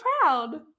proud